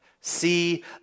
See